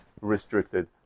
restricted